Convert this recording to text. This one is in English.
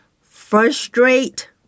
frustrate